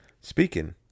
Speaking